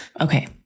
Okay